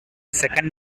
second